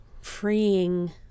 freeing